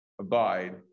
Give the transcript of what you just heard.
abide